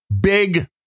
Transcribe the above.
big